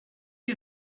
you